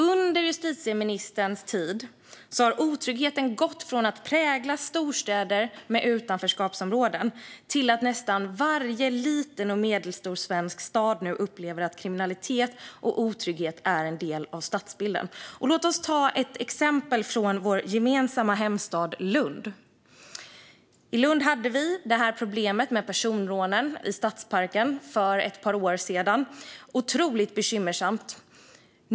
Under justitieministerns tid har utvecklingen gått från att otryggheten varit något som präglat storstäder med utanförskapsområden till att nu nästan varje liten och medelstor svensk stad upplever att kriminalitet och otrygghet är en del av stadsbilden. Låt oss ta ett exempel från vår gemensamma hemstad Lund. I Lund hade vi problem med personrån i stadsparken för ett par år sedan - otroligt bekymmersamt!